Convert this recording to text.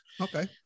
Okay